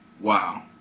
Wow